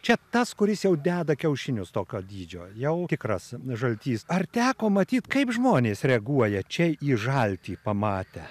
čia tas kuris jau deda kiaušinius tokio dydžio jau tikras žaltys ar teko matyt kaip žmonės reaguoja čia į žaltį pamatę